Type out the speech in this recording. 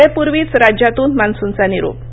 वेळेपूर्वीच राज्यातून मान्सूनचा निरोप